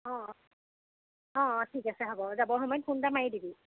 অঁ অঁ ঠিক আছে হ'ব যাব সময়ত ফোন এটা মাৰি দিবি